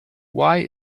why